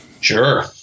Sure